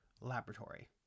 laboratory